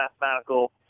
mathematical